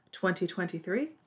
2023